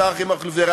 השר אריה מכלוף דרעי,